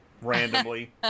randomly